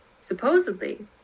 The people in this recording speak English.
Supposedly